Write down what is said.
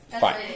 fine